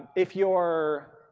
if your